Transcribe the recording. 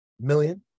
Million